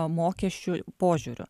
mokesčių požiūriu